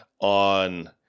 on